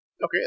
Okay